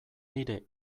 nire